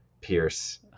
pierce